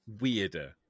weirder